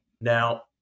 Now